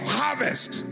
harvest